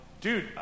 Dude